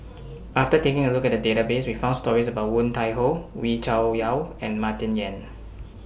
after taking A Look At The Database We found stories about Woon Tai Ho Wee Cho Yaw and Martin Yan